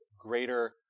greater